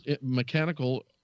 mechanical